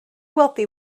wealthy